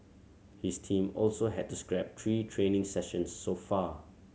his team also had to scrap three training sessions so far